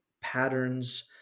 patterns